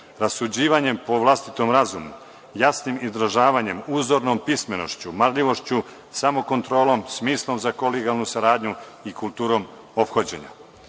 rasuđivanjem po vlastitom razumu, jasnim izražavanjem i uzornom pismenošću, marljivošću, samokontrolom, smislom za kolegijalnu saradnju i kulturom